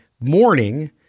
morning